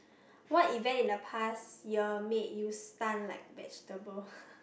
what event in the past year made your stun like vegetable